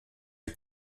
est